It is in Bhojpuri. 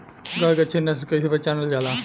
गाय के अच्छी नस्ल कइसे पहचानल जाला?